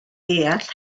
deall